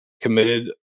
committed